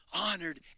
honored